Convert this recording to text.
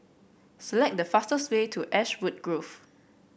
select the fastest way to Ashwood Grove